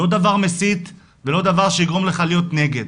לא דבר מסית ולא דבר שיגרום לך להיות נגד.